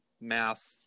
math